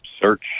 search